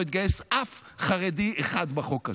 לא יתגייס אף חרדי אחד בחוק הזה.